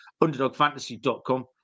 underdogfantasy.com